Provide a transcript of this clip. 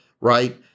right